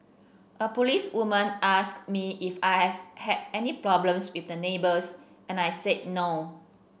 a policewoman asked me if I've had any problems with my neighbours and I said no